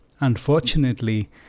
unfortunately